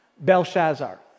Belshazzar